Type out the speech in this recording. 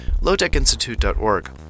lowtechinstitute.org